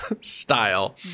style